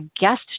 guest